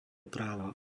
práva